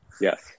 Yes